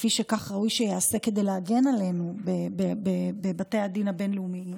כפי שכך ראוי שייעשה כדי להגן עלינו בבתי הדין הבין-לאומיים,